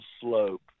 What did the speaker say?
slope